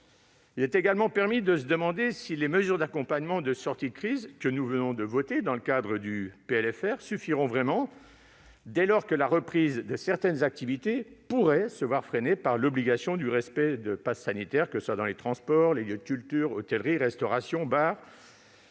Il est également permis de se demander si les mesures d'accompagnement de sortie de crise que nous venons de voter dans le cadre du projet de loi de finances rectificative suffiront vraiment, dès lors que la reprise de certaines activités pourrait se voir freinée par l'obligation de respecter le passe sanitaire, que ce soit dans les transports, les lieux de culture, l'hôtellerie-restauration ou